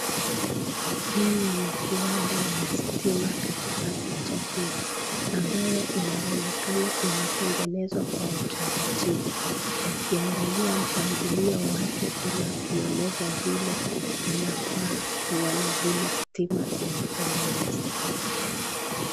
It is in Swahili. Hii ni kiwanda ya stima katika picha hii ambayo inaonekana imetengenezwa kwa utaratibu. Ukiangalia mpangilio wake na kueleza vile inafaa kuwa na vile stima inatengenezwa.